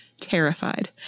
terrified